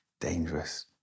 dangerous